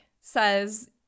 says